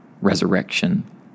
resurrection